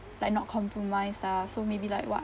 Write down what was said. like not compromised lah so maybe like what's